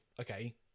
Okay